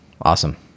Awesome